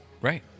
right